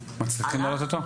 מצליחים להעלות אותו?